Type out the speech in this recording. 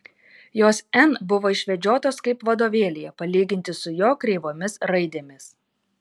jos n buvo išvedžiotos kaip vadovėlyje palyginti su jo kreivomis raidėmis